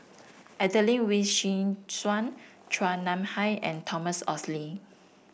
Adelene Wee Chin Suan Chua Nam Hai and Thomas Oxley